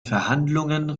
verhandlungen